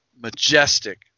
majestic